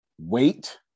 Wait